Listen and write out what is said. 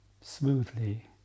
smoothly